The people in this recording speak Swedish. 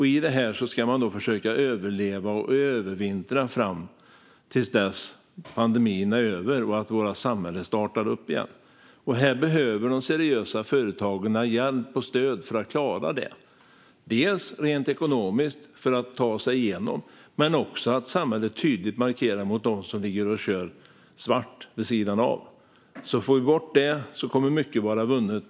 Man ska försöka övervintra fram till dess pandemin är över och våra samhällen startar upp igen. De seriösa företagen behöver hjälp och stöd för att klara det och ta sig igenom krisen, dels rent ekonomiskt, dels genom att samhället tydligt markerar mot dem som kör svart vid sidan av. Får vi bort det kommer mycket att vara vunnet.